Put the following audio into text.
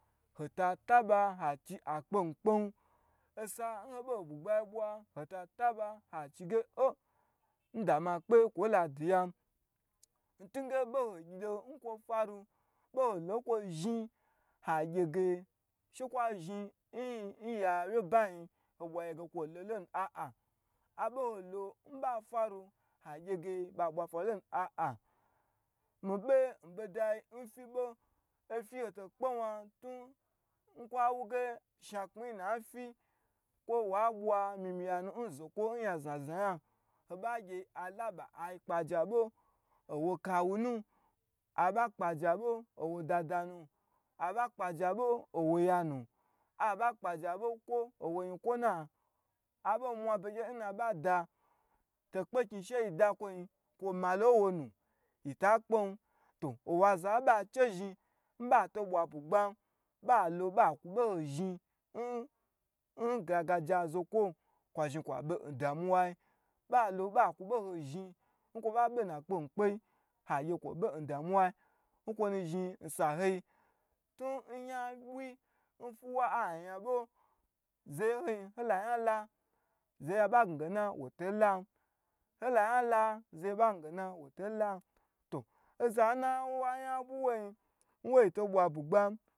Hota taba ha chi a kpe mii kpen, oza n ho ɓon bwugbai ɓwa, ho ta taba ha chige o, n da ma kpe kwo ladiyan, n tunge ɓo ho lo n kwo faru, ɓo ho lo n kwo zhni ha gyege she kwa zhni n-n ya wyeba nyi ho ɓwa gye ge kwo lo lo nu, aa, aɓo ho lo n ɓa fwanu, ha gye ge ɓa ɓwa faru lonu, aa, mii ɓe n ɓodain fyi ɓo, ofyi hoto kpo wna, tun n kwa wuge sh na kpmi yi nu na fyi, kwo wa ɓwa myi myi ya nu n zokwo n nya znazna nya, ho ɓa gye alaba ai kpa je aɓo, o wo kawunu, a ɓa kpa je aɓo, o wo dada nu, a ɓa kpaje aɓo, o wo yanu, aɓa kpaje aɓo, kwo owo nyikwo na, a ɓon mwa begye nna ɓa da, to kpeknyi sheyi da kwo nyi, kwo ma lon wonu, yita kpen, to owazan ɓai che zin ɓa to ɓwa bwugban, ɓa lo ɓa kwu ɓoho zhni n-n gargaja zokwo, kwa zhni kwa ɓen damu wayi, ɓa lo ɓa kwe ɓoho zhni n kwo ɓa ɓe n na kpe mii kpeyi, ha gye kwo ɓe n damu wayi, n kwonu zhninza sa hoi, tun n nya ɓwui n fwuwa anyi ɓo, zayen honyi ho la nya la, zaye ɓagnage na woto lan, ho la nya la, zaye ɓa gna gona woto lan, to oza nwa-n nya ɓwu wo nyi n wo to ɓwa bwu gban.